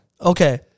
Okay